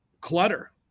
clutter